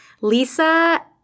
Lisa